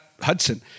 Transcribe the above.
Hudson